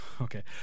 Okay